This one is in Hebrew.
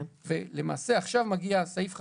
עכשיו מגיע סעיף 5,